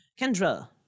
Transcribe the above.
Kendra